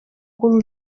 cul